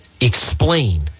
explain